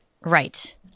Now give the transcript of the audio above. Right